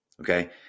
Okay